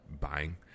buying